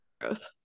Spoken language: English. growth